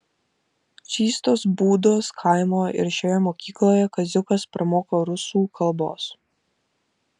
čystos būdos kaimo ir šioje mokykloje kaziukas pramoko rusų kalbos